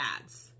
ads